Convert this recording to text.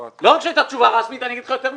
לא רק שהייתה תשובה רשמית אלא אני אומר לך יותר מזה.